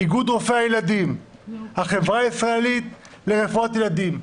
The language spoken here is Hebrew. איגוד רופאי הילדים, החברה הישראלית לרפואת ילדים.